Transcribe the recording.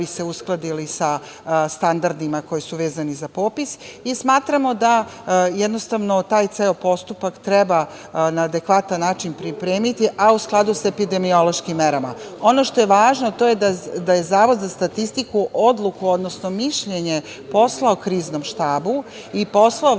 se uskladili sa standardima koji su vezani za popis. Smatramo da taj ceo postupak treba na adekvatan način pripremiti, a u skladu sa epidemiološkim merama. Ono što je važno, to je da je Zavod za statistiku odluku, odnosno mišljenje poslao Kriznom štabu i poslao